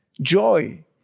joy